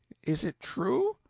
is it true?